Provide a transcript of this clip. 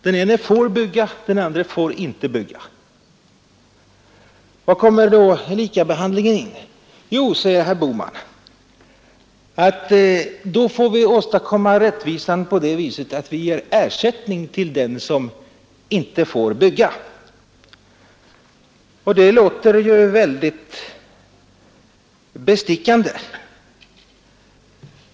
Den ene får bygga, den andre får inte bygga. Var kommer då likabehandlingen in? Jo, säger herr Bohman, då får vi åstadkomma rättvisa på det sättet att vi ger ersättning till den som inte får bygga. Det låter ju väldigt bestickande.